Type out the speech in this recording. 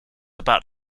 about